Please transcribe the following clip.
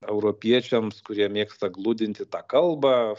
europiečiams kurie mėgsta gludinti tą kalbą